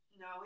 No